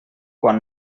quan